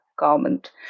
garment